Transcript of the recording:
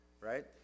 right